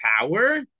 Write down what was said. power